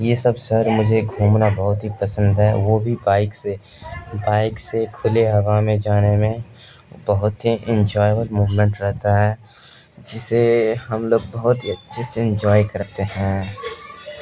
یہ سب شہر مجھے گھومنا بہت ہی پسند ہے وہ بھی بائک سے بائک سے کھلی ہوا میں جانے میں بہت ہی انجوائےبل مومنٹ رہتا ہے جسے ہم لوگ بہت ہی اچھے سے انجوائے کرتے ہیں